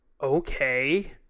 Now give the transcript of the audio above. okay